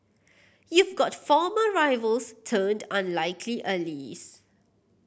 you've got former rivals turned unlikely